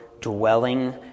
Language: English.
dwelling